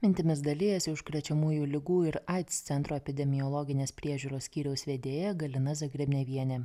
mintimis dalijasi užkrečiamųjų ligų ir aids centro epidemiologinės priežiūros skyriaus vedėja galina zagrebnevienė